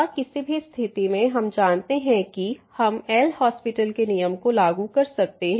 और किसी भी स्थिति में हम जानते हैं कि हम ल' एल हास्पिटल LHospital के नियम को लागू कर सकते हैं